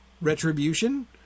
retribution